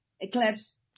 Eclipse